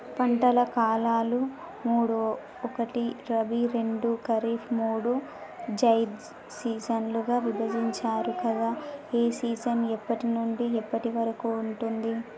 పంటల కాలాలు మూడు ఒకటి రబీ రెండు ఖరీఫ్ మూడు జైద్ సీజన్లుగా విభజించారు కదా ఏ సీజన్ ఎప్పటి నుండి ఎప్పటి వరకు ఉంటుంది?